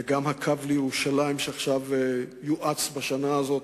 וגם הקו לירושלים שיואץ בשנה הזו,